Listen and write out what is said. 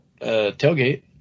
tailgate